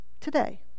today